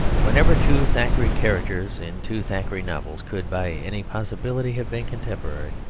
whenever two thackeray characters in two thackeray novels could by any possibility have been contemporary,